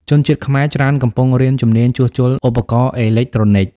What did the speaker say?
ជនជាតិខ្មែរច្រើនកំពុងរៀនជំនាញជួសជុលឧបករណ៍អេឡិចត្រូនិច។